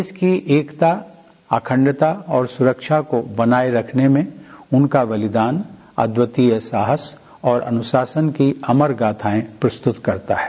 देश की एकता अखंडता और सुरक्षा को बनाये रखने में उनका बलिदान अद्वितीय साहस और अनुशासन की अमर गाथाएं प्रस्तुत करता है